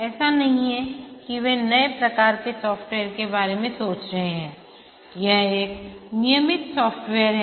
ऐसा नहीं है कि वे नए प्रकार के सॉफ्टवेयर के बारे में सोच रहे हैंयह एक नियमित सॉफ्टवेयर है